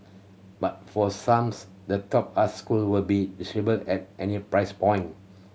but for some the top us school will be at any price point